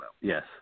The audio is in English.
Yes